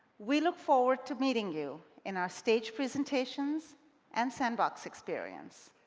we look forward to meeting you in our stage presentations and sandbox experience.